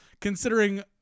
considering